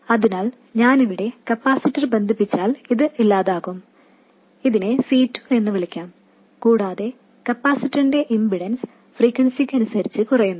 അതിനാൽ ഞാൻ ഇവിടെ കപ്പാസിറ്റർ ബന്ധിപ്പിച്ചാൽ ഇത് ഇല്ലാതാകും ഇതിനെ C2 എന്നു വിളിക്കാം കൂടാതെ കപ്പാസിറ്ററിന്റെ ഇംപിഡെൻസ് ഫ്രീക്വെൻസിക്കനുസരിച്ച് കുറയുന്നു